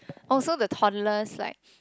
oh so the toddlers like